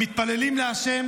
אנו מתפללים להשם